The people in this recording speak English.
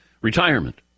retirement